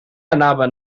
anaven